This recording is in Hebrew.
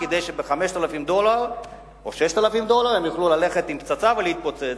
כדי שב-5,000 דולר או ב-6,000 דולר הם יוכלו ללכת עם פצצה ולהתפוצץ.